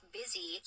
busy